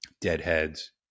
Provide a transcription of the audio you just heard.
deadheads